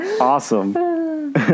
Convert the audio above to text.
awesome